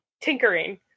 Tinkering